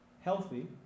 healthy